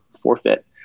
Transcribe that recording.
forfeit